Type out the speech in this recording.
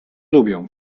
lubię